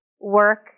work